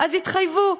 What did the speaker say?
אז התחייבו.